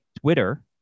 Twitter